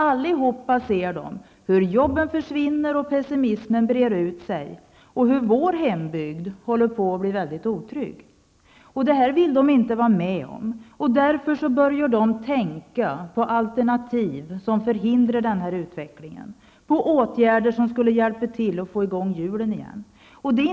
Alla ser de hur jobben försvinner, hur pessimismen breder ut sig och hur vår hembygd håller på att bli väldigt otrygg. Det här vill de inte vara med om. Därför börjar de tänka på alternativ som kan stoppa denna utveckling, på åtgärder som skulle hjälpa till att få i gång hjulen igen.